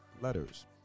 letters